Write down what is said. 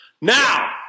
now